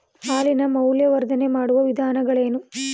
ಹಾಲಿನ ಮೌಲ್ಯವರ್ಧನೆ ಮಾಡುವ ವಿಧಾನಗಳೇನು?